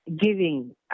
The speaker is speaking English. giving